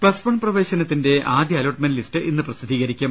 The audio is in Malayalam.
പ്തസ് വൺ പ്രവേശനത്തിന്റെ ആദ്യ അലോട്ട്മെന്റ് ലിസ്റ്റ് ഇന്നു പ്രസി ദ്ധീകരിക്കും